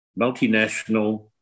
multinational